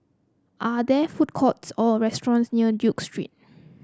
are there food courts or restaurants near Duke Street